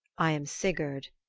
i am sigurd,